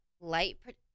light